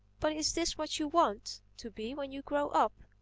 but is this what you want to be when you grow up,